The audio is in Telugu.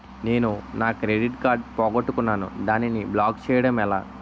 నేను నా క్రెడిట్ కార్డ్ పోగొట్టుకున్నాను దానిని బ్లాక్ చేయడం ఎలా?